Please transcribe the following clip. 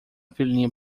filhinha